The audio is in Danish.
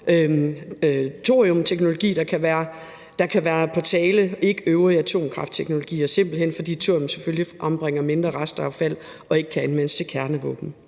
thoriumteknologi, der kan være på tale, ikke øvrige atomkraftteknologier, simpelt hen fordi thorium selvfølgelig frembringer mindre restaffald og ikke kan anvendes til kernevåben.